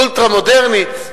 אולטרה-מודרנית.